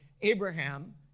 Abraham